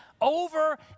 over